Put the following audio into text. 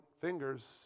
fingers